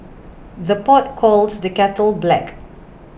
the pot calls the kettle black